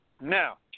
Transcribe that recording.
Now